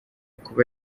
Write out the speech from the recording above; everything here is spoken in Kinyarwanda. kuba